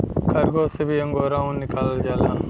खरगोस से भी अंगोरा ऊन निकालल जाला